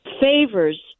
favors